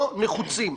לא נחוצים.